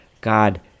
God